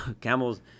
Camels